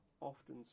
often